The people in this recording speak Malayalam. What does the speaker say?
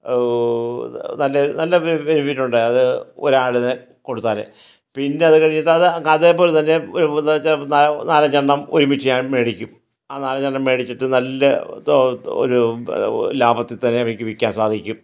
നല്ല ബെനിഫിറ്റ് ഉണ്ടാകും അത് ഒരാടിനെ കൊടുത്താൽ പിന്നെ അത് കഴിഞ്ഞിട്ട് അതേപോലെ തന്നെ ഒരു നാലഞ്ചെണ്ണം ഒരുമിച്ച് ഞാൻ മേടിക്കും ആ നാലഞ്ചെണ്ണം മേടിച്ചിട്ട് നല്ല ഒരു ലാഭത്തിൽ തന്നെ എനിക്ക് വിൽക്കാൻ സാധിക്കും